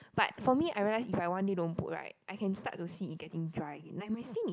but for me I realise if I one day don't put right I can start to see it getting dry like my skin is